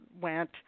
went